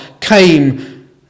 came